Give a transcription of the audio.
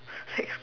sex